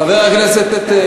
חבר הכנסת,